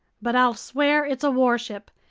but i'll swear it's a warship,